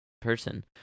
person